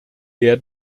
der